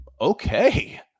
Okay